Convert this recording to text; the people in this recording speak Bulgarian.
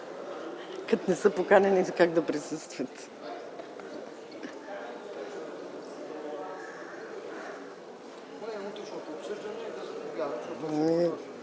Като не са поканени, как да присъстват.